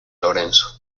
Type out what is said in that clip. lorenzo